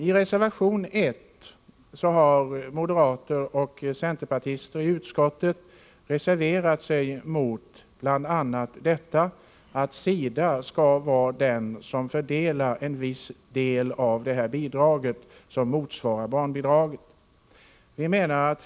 I reservation 1 har moderater och centerpartister i utskottet reserverat sig mot att SIDA skall betala ut en viss del av det bidrag som motsvarar barnbidraget.